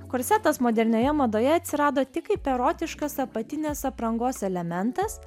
korsetas modernioje madoje atsirado tik kaip erotiškas apatinės aprangos elementas